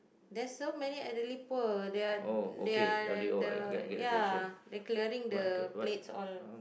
there's so many elderly poor they are they are the ya they clearing the plate all